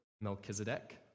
Melchizedek